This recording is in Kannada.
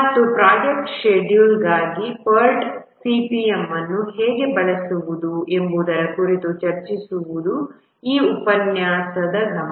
ಮತ್ತು ಪ್ರೊಜೆಕ್ಟ್ ಶೆಡ್ಯೂಲ್ಗಾಗಿ PERT CPM ಅನ್ನು ಹೇಗೆ ಬಳಸುವುದು ಎಂಬುದರ ಕುರಿತು ಚರ್ಚಿಸುವುದು ಈ ಉಪನ್ಯಾಸದ ಗಮನ